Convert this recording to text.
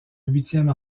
huitième